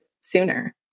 sooner